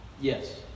Yes